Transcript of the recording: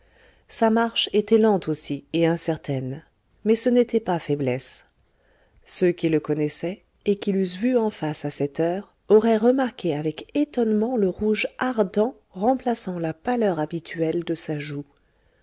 sa marche était lente aussi et incertaine mais ce n'était pas faiblesse ceux qui le connaissaient et qui l'eussent vu en face à cette heure auraient remarqué avec étonnement le rouge ardent remplaçant la pâleur habituelle de sa joue